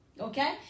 okay